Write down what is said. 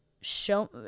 Show